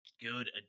good